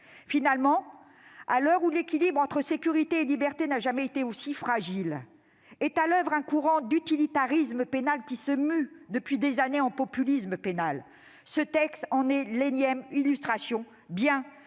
Finalement, à l'heure où l'équilibre entre sécurité et liberté n'a jamais été aussi fragile, nous voyons à l'oeuvre un courant d'utilitarisme pénal qui se mue, depuis des années, en populisme pénal. Ce texte en est l'énième illustration, bien que